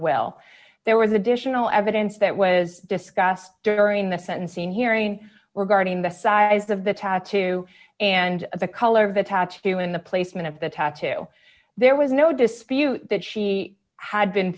well there was additional evidence that was discussed during the sentencing hearing regarding the size of the tattoo and the color of the tattoo in the placement of the tattoo there was no dispute that she had been